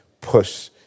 push